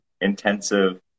intensive